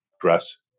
dress